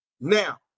now